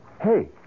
Hey